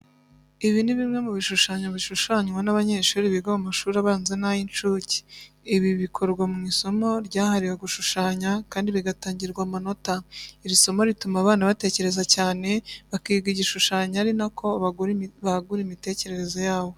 Ibi ni bimwe mu bishushanye bishushanywa n'abanyeshuri biga mu mashuri abanza n'ay'incuke. Ibi bikorwa mu isomo ryahariwe gushushanya kandi bigatangirwa amanota. Iri somo rituma abana batekereza cyane, bakiga gishushanya ari na ko bagura imitekerereze yabo.